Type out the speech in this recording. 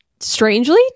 strangely